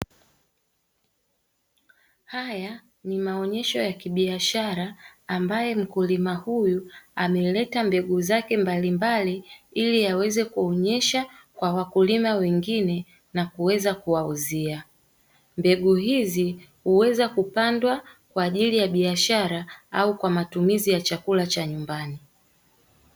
Haya ni maonyesho ya kibiashara ambaye mkulima huyu ameleta mbegu zake mbalimbali ili yaweze kuonyesha kwa wakulima wengine na kuweza kuwauzia mbegu hizi huweza kupandwa kwa ajili ya biashara au kwa matumizi ya chakula cha nyumbani